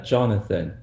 Jonathan